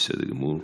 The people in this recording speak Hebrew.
בסדר גמור.